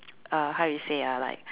uh how you say ah like